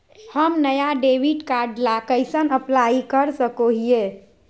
हम नया debit card ला कइसे अप्लाई कर सको हियै?